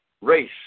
race